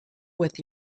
with